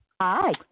Hi